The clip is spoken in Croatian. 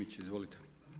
Izvolite.